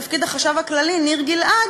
החשב הכללי ניר גלעד,